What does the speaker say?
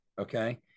okay